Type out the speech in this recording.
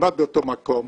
כמעט מאותו מקום,